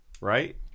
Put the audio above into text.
right